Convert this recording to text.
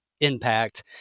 impact